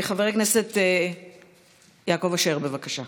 חבר הכנסת יעקב אשר, בבקשה.